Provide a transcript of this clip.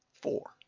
Four